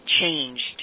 changed